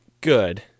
good